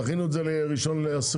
דחינו את זה ל-1 באוקטובר.